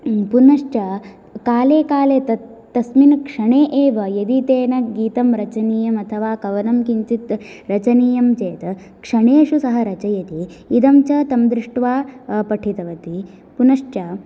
पुनश्च काले काले तत् तस्मिन् क्षणे एव यदि तेन गीतं रचनीयम् अतवा कवनं किञ्चित् रचनाीयं चेत् क्षणेषु सः रचयति इदं च तं दृष्ट्वा पठितवती पुनश्च